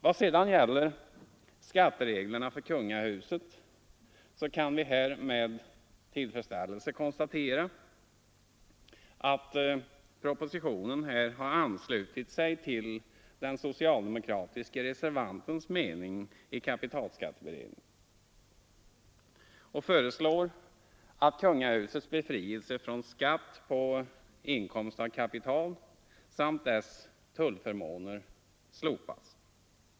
Vad sedan gäller skattereglerna för kungahuset så kan vi med tillfredsställelse konstatera att propositionen här har anslutit sig till den socialdemokratiske reservantens mening i kapitalskatteberedningen och föreslår att kungahusets befrielse från skatt på inkomst av kapital samt dess tullförmåner slopas.